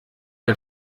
der